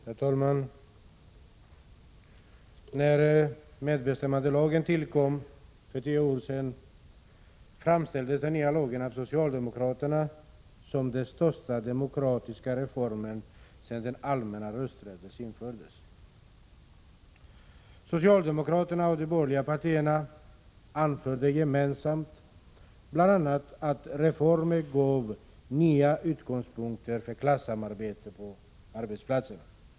Herr talman! När medbestämmandelagen tillkom för tio år sedan framställdes den nya lagen av socialdemokraterna som den största demokratiska reformen sedan den allmänna rösträtten infördes. Socialdemokraterna och de borgerliga partierna anförde gemensamt bl.a. att reformen gav nya utgångspunkter för klassamarbete på arbetsplatserna.